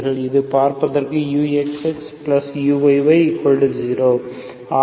இது பார்பதற்கு uxxuyy0 αxமற்றும் βy